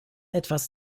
etwas